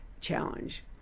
challenge